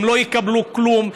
הם לא יקבלו כלום,